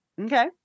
Okay